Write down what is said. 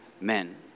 men